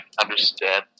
understand